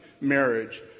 marriage